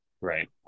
Right